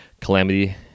calamity